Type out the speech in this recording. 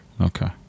okay